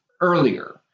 earlier